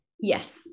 Yes